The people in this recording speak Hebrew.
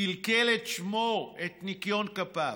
קלקל את שמו, את ניקיון כפיו,